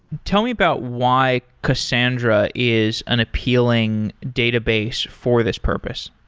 tell me about why cassandra is an appealing database for this purpose.